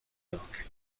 york